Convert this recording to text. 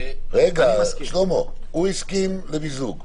שלמה, הוא הסכים למיזוג.